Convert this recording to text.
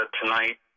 tonight